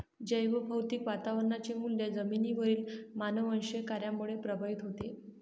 जैवभौतिक वातावरणाचे मूल्य जमिनीवरील मानववंशीय कार्यामुळे प्रभावित होते